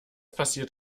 passiert